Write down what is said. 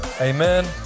Amen